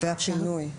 או פינוי.